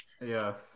Yes